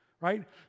Right